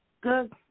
Good